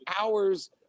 hours